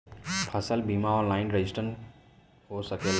फसल बिमा online registration हो सकेला?